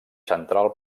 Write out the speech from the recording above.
central